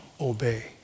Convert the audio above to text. obey